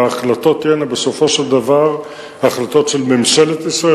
וההחלטות תהיינה בסופו של דבר החלטות של ממשלת ישראל,